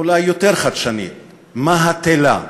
אולי יותר חדשנית, מהתלה.